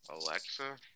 Alexa